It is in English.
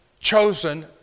chosen